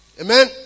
Amen